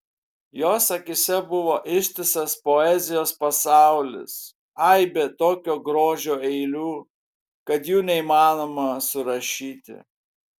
jos akyse buvo ištisas poezijos pasaulis aibė tokio grožio eilių kad jų neįmanoma surašyti